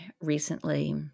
recently